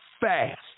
fast